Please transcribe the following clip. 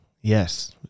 Yes